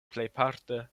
plejparte